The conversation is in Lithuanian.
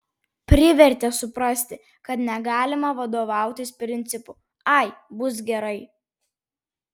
privertė suprasti kad negalima vadovautis principu ai bus gerai